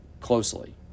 Closely